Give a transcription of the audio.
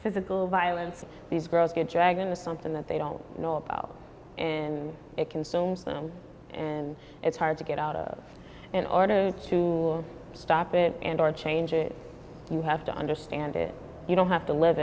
physical violence and these girls get dragged into something that they don't know about in it consumes them and it's hard to get out of in order to stop it or change it you have to understand it you don't have to live